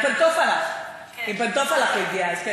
עם פנטופלך, עם פנטופלך הוא הגיע אז.